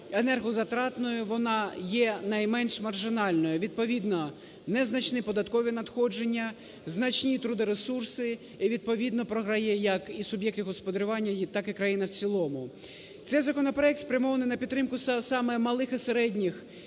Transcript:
енергозатратною, вона є найменш маржинальною – відповідно незначні податкові надходження, значні трудоресурси і відповідно програє як і суб'єкти господарювання, так і країна в цілому. Цей законопроект спрямований на підтримку саме малих і середніх